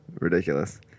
ridiculous